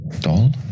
Doll